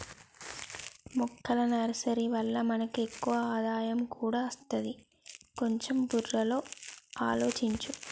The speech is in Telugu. మొక్కల నర్సరీ వల్ల మనకి ఎక్కువ ఆదాయం కూడా అస్తది, కొంచెం బుర్రలో ఆలోచించు